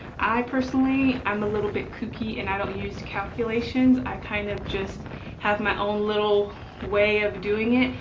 i, personally, i'm a little bit kooky, and i don't use calculations. i kind of just have my own little way of doing it,